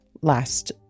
last